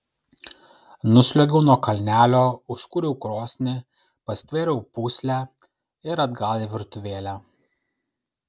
nusliuogiau nuo kalnelio užkūriau krosnį pastvėriau pūslę ir atgal į virtuvėlę